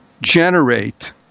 generate